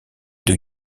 deux